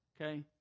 okay